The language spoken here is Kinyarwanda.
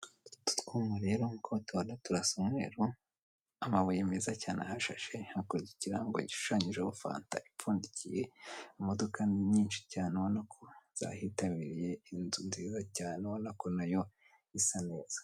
Utu twuma rero uko utubana turasa umweru amabuye meza cyane ahashashe hakuri ikirango ishushanyijeho fanta ipfundikiye imodoka nyinshi cyane ubona ko zahitabiriye inzu nziza cyane nako nayo isa neza.